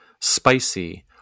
spicy